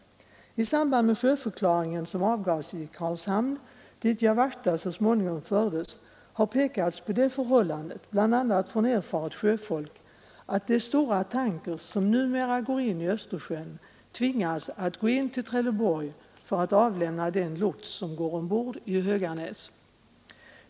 I samband med sjöförklaringen, som avgavs i Karlshamn, dit Jawachta så småningom fördes, har bl.a. erfaret sjöfolk pekat på det förhållandet, att de stora tankrar som numera går in i Östersjön tvingas att angöra Trelleborg för att avlämna den lots som går ombord i Höganäs.